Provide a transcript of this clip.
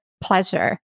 pleasure